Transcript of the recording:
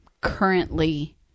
currently